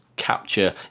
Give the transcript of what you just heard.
capture